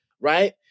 right